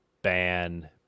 ban